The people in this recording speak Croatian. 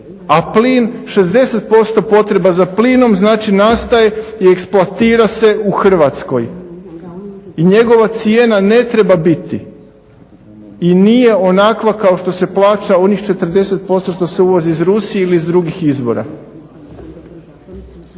a plin 60% potreba za plinom znači nastaje i eksploatira se u Hrvatskoj i njegova cijena ne treba biti i nije onakva kao što se plaća onih 40% što se uvozi iz Rusije ili iz drugih izvora.